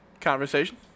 conversation